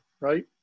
right